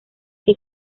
que